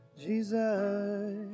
Jesus